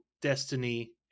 Destiny